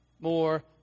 more